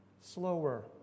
slower